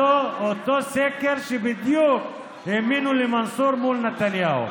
אותו סקר שהאמינו בדיוק למנסור מול נתניהו.